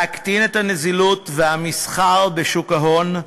להקטין את הנזילות והמסחר בשוק ההון,